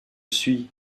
suis